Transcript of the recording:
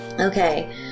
Okay